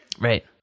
right